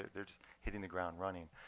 they're just hitting the ground running.